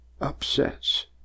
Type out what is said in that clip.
upsets